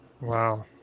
wow